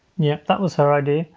yeah, that was her idea.